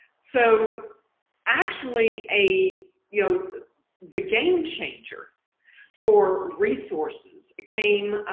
so actually a you know the game changer for resources it came